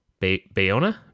Bayona